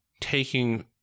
taking